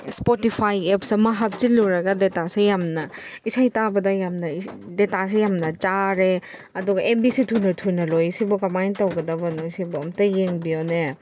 Spotify apps ꯑꯃ ꯍꯥꯞꯆꯤꯜꯂꯨꯔꯒ ꯗꯦꯇꯥꯁꯨ ꯌꯥꯝꯅ ꯏꯁꯩ ꯇꯥꯕꯗ ꯌꯥꯝꯅ ꯗꯦꯇꯥꯁꯤ ꯌꯥꯝꯅ ꯆꯥꯔꯦ ꯑꯗꯨꯒ ꯑꯦꯝ ꯕꯤꯁꯦ ꯊꯨꯅ ꯊꯨꯅ ꯂꯣꯏꯁꯤꯕꯨ ꯀꯃꯥꯏꯅ ꯇꯧꯒꯗꯕꯅꯣ ꯁꯤꯕꯣ ꯑꯝꯇ ꯌꯦꯡꯕꯤꯌꯣꯅꯦ